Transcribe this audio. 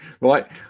right